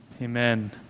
amen